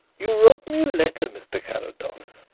you wrote me a letter, mr. carrados,